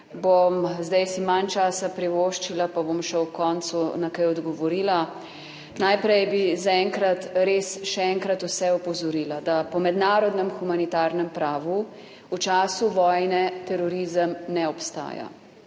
zdaj si manj časa privoščila, pa bom še ob koncu na kaj odgovorila. Najprej bi zaenkrat res še enkrat vse opozorila, da po mednarodnem humanitarnem pravu v času vojne terorizem ne obstaja.